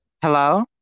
Hello